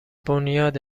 بنیاد